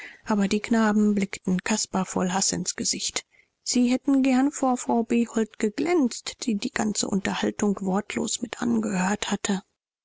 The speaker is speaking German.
aber die knaben blickten caspar voll haß ins gesicht sie hätten gern vor frau behold geglänzt die die ganze unterhaltung wortlos mitangehört hatte